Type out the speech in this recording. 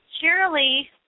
Shirley